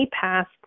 passed